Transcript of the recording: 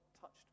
touched